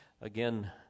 Again